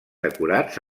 decorats